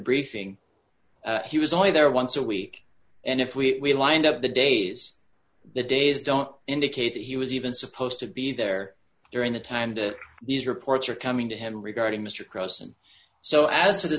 briefing he was only there once a week and if we wind up the days the days don't indicate that he was even supposed to be there during the time these reports are coming to him regarding mr cross and so as to the